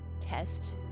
test